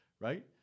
Right